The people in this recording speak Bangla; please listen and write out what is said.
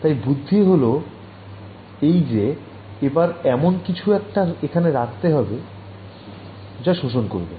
তাই বুদ্ধি হল এই যে এবার এমন কিছু একটা এখানে রাখতে হবে যা শোষণ করবে